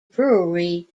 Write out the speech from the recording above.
brewery